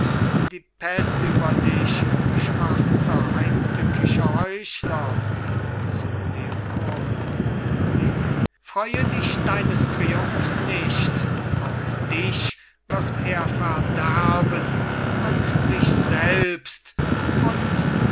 die pest über dich schwarzer heimtückischer heuchler zu leonoren grimmig freue dich deines triumphs nicht auch dich wird er verderben und sich selbst und